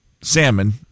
salmon